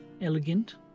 elegant